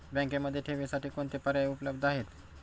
बँकेमध्ये ठेवींसाठी कोणते पर्याय उपलब्ध आहेत?